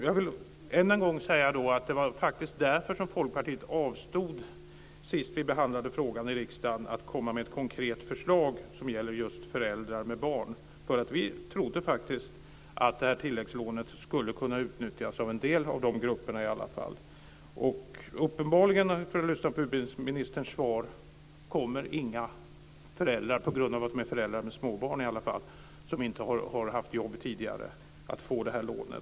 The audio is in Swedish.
Jag vill än en gång säga att det var därför som Folkpartiet sist vi behandlade frågan i riksdagen avstod att komma med ett konkret förslag som gäller just föräldrar med barn. Vi trodde att tilläggslånet skulle kunna utnyttjas av i varje fall en del av dessa grupper. Uppenbarligen kommer inga föräldrar, i varje fall inte på grund av att de är föräldrar med småbarn, som inte har haft jobb tidigare att få det här lånet.